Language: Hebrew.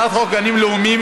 הצעת חוק גנים לאומיים,